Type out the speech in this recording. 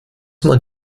man